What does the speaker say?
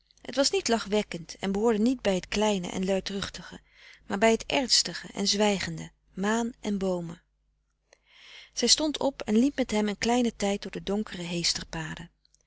het was niet lachwekkend en behoorde niet bij het kleine en luidruchtige maar bij het ernstige en zwijgende maan en boomen zij stond op en liep met hem een kleinen tijd door de donkere